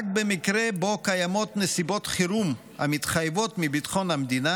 רק במקרה שבו קיימות נסיבות חירום המתחייבות מביטחון המדינה